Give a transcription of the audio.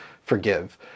Forgive